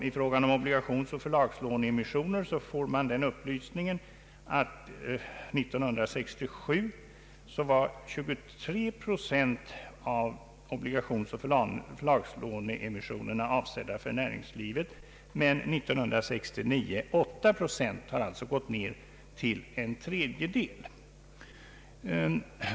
I fråga om obligationsoch förlagslåneemissioner får man upplysningen att 1967 var 23 procent av obligationsoch förlagslåneemissionerna avsedda för näringslivet men 1969 endast 8 procent — d.v.s. en minskning till en tredjedel.